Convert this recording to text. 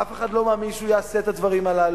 אף אחד כבר לא מאמין שהוא יעשה את הדברים הללו,